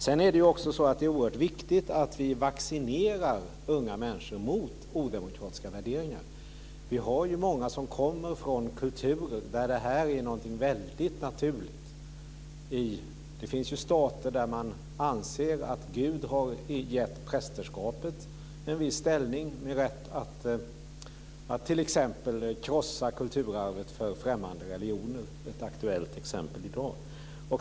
Sedan är det oerhört viktigt att vi vaccinerar unga människor mot odemokratiska värderingar. Det finns ju många som kommer från kulturer där detta är någonting fullständigt naturligt. Det finns stater där man anser att Gud har gett prästerskapet en ställning med rätt att t.ex. krossa kulturarvet från främmande religioner - ett aktuellt exempel i dag.